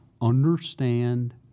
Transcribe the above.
understand